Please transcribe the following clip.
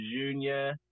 junior